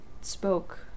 spoke